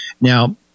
Now